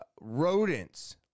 Rodents